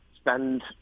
spend